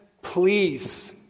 Please